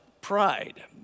pride